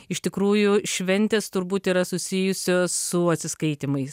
iš tikrųjų šventės turbūt yra susijusios su atsiskaitymais